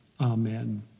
Amen